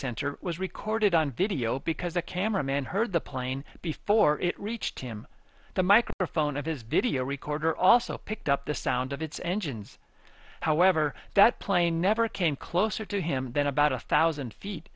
center was recorded on video because the camera man heard the plane before it reached him the microphone of his video recorder also picked up the sound of its engines however that plane never came closer to him than about a thousand feet